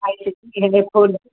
और इसका कैमरा वगैरह